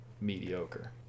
mediocre